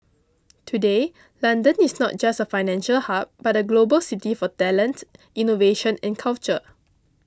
today London is not just a financial hub but a global city for talent innovation and culture